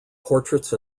portraits